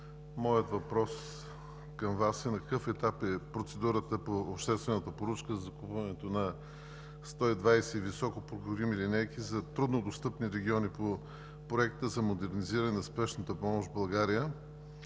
моят въпрос към Вас е: на какъв етап е процедурата по обществената поръчка за закупуването на 120 високопроходими линейки за труднодостъпните региони по Проекта за модернизиране на спешната помощ в България?